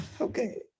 okay